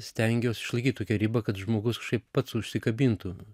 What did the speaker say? stengiuos išlaikyt tokią ribą kad žmogus kažkaip pats užsikabintų